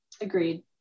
Agreed